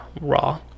Raw